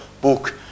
book